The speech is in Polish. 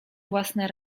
własne